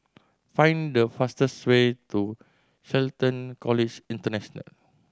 find the fastest way to Shelton College International